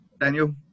Daniel